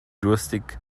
durstig